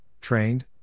trained